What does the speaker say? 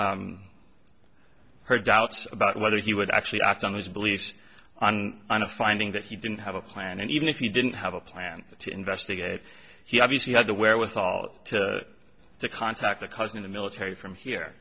base her doubts about whether he would actually act on his beliefs on a finding that he didn't have a plan and even if he didn't have a plan to investigate she obviously had the wherewithal to contact a cousin in the military from here